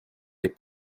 les